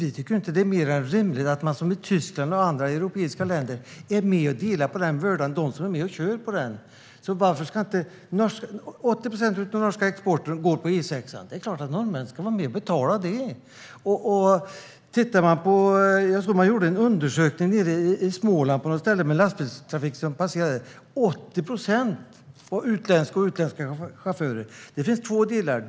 Vi tycker inte att det är mer än rimligt att åkarna, som i Tyskland och i andra europeiska länder, är med och delar på bördan. Av den norska exporten går 80 procent på E 6:an. Det är klart att norrmännen ska vara med och betala det. Man har gjort en undersökning på ett ställe i Småland av den lastbilstrafik som passerade där. Det var 80 procent som hade utländska chaufförer. Det finns två delar här.